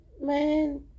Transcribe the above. man